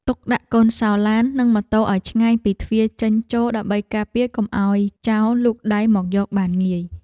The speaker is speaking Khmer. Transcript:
ទុកដាក់កូនសោរឡាននិងម៉ូតូឱ្យឆ្ងាយពីទ្វារចេញចូលដើម្បីការពារកុំឱ្យចោរលូកដៃមកយកបានងាយ។